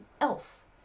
else